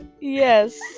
yes